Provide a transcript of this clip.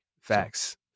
Facts